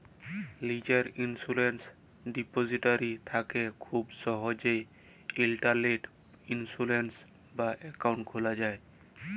লীজের ইলসুরেলস ডিপজিটারি থ্যাকে খুব সহজেই ইলটারলেটে ইলসুরেলস বা একাউল্ট খুলা যায়